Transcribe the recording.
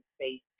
space